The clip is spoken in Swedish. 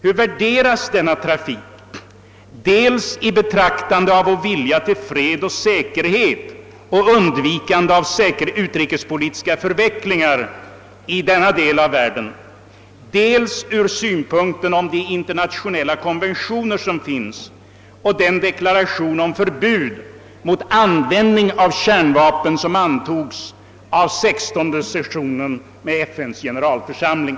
Hur uppfattas denna trafik dels i betraktande av vår vilja till fred och säkerhet och undvikande av utrikespolitiska förvecklingar i denna del av världen, dels ur synpunkten av de internationella konventioner som finns och den deklaration om förbud mot användande av kärnvapen som antogs av 16:e sessionen med FN:s generalförsamling?